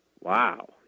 wow